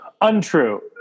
untrue